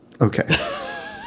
okay